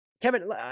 kevin